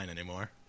anymore